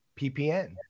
PPN